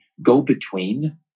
go-between